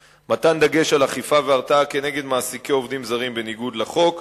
1. מתן דגש על אכיפה והרתעה נגד מעסיקי עובדים זרים בניגוד לחוק,